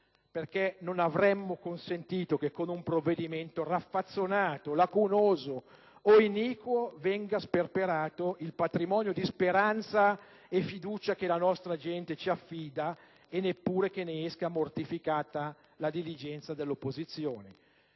perché non avremmo consentito che con un provvedimento raffazzonato, lacunoso o iniquo venisse sperperato il patrimonio di speranza e fiducia che la nostra gente ci affida e neppure che ne uscisse mortificata la diligenza dell'opposizione.